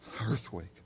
Earthquake